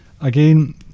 Again